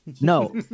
No